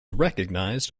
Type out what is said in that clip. recognized